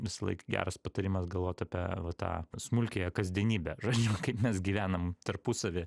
visą laiką geras patarimas galvot apie tą smulkiąją kasdienybę žodžiu kaip mes gyvenam tarpusavy